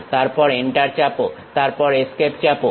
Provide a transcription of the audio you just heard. তারপর এন্টার চাপো তারপর এস্কেপ চাপো